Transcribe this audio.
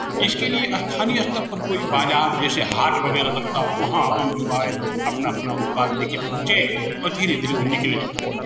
इसके लिए स्थानीय स्तर पर कोई बाज़ार जैसे हाट वगैरह लगता है वहाँ आम युवा अपना अपना उत्पाद लेकर पहुँचे और धीरे धीरे वो निकलें